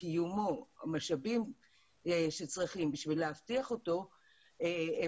המשאבים שצריכים בשביל להבטיח אותו הם